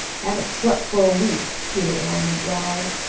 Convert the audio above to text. haven't slept for a week, peter orme would growl,